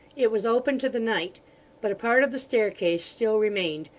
it was open to the night but a part of the staircase still remained,